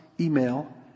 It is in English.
email